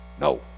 No